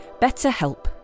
BetterHelp